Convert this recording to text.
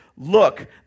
Look